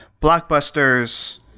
Blockbusters